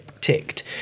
ticked